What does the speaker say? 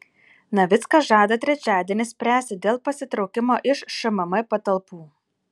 navickas žada trečiadienį spręsti dėl pasitraukimo iš šmm patalpų